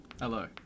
Hello